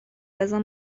بزار